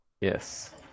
Yes